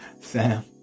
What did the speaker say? Sam